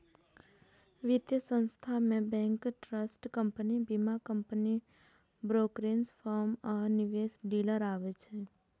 वित्त संस्थान मे बैंक, ट्रस्ट कंपनी, बीमा कंपनी, ब्रोकरेज फर्म आ निवेश डीलर आबै छै